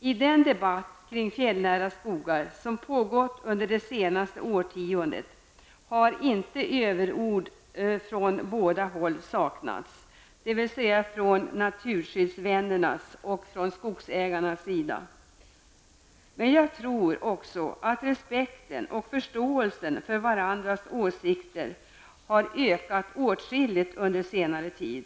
I den debatt kring fjällnära skogar som pågått under det senaste årtiondet har inte saknats överord från båda håll, dvs. från naturskyddsvännernas och skogsägarnas sida. Men jag tror också att respekten och förståelsen för varandras åsikter har ökat åtskilligt under senare tid.